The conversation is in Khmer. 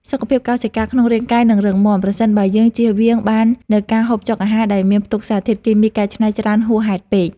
សុខភាពកោសិកាក្នុងរាងកាយនឹងរឹងមាំ ប្រសិនបើយើងជៀសវាងបាននូវការហូបចុកអាហារដែលមានផ្ទុកសារធាតុគីមីកែច្នៃច្រើនហួសហេតុពេក។